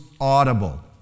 audible